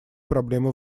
проблемы